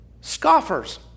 scoffers